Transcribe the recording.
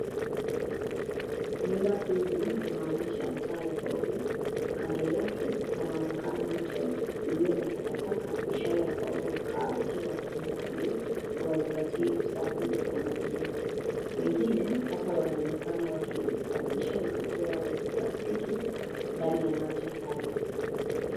Nyumba hizi zinaonyesha mtaa wa ovyo, kando yake panaonekana mto uliona takataka ishara yakwamba wakaaji wa eneo hili hawazingatii usafi wa mazingira. Wengine hata wanaonekana wakisafisha mifuko yao ya kiplastiki ndani ya maji haya.